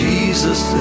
Jesus